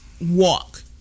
walk